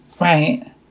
Right